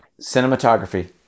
Cinematography